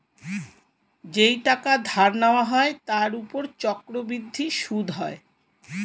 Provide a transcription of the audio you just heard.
যেই টাকা ধার নেওয়া হয় তার উপর চক্রবৃদ্ধি সুদ হয়